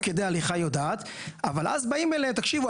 כדי הליכה היא יודעת אבל אז באים אליהם ואומרים: תקשיבו,